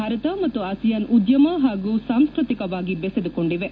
ಭಾರತ ಮತ್ತು ಆಸಿಯಾನ್ ಉದ್ಯಮ ಹಾಗೂ ಸಾಂಸ್ಟತಿಕವಾಗಿ ಬೆಸೆದುಕೊಂಡಿವೆ